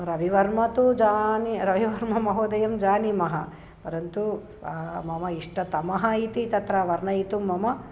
रविवर्मा तु जानीमः रविवर्मामहोदयं जानीमः परन्तु सः मम इष्टतमः इति तत्र वर्णयितुं मम